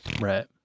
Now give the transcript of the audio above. Right